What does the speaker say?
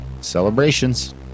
celebrations